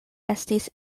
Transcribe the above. estis